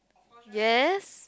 yes